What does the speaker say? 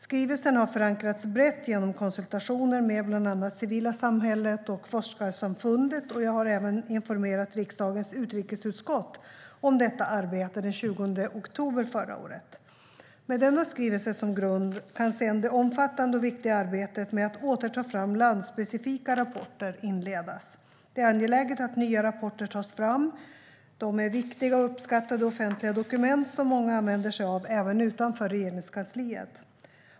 Skrivelsen har förankrats brett genom konsultationer med bland annat det civila samhället och forskarsamfundet, och jag har även informerat riksdagens utrikesutskott om detta arbete den 20 oktober förra året. Med denna skrivelse som grund kan sedan det omfattande och viktiga arbetet med att åter ta fram landspecifika rapporter inledas. Det är angeläget att nya rapporter tas fram - de är viktiga och uppskattade offentliga dokument som många använder sig av även utanför Regeringskansliet.